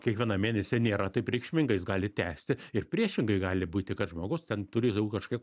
kiekvieną mėnesį nėra taip reikšminga jis gali tęsti ir priešingai gali būti kad žmogus ten turi daug kažkiek